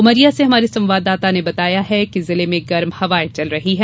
उमरिया से हमारे संवाददाता ने बताया है कि जिले में गर्म हवायें चल रही हैं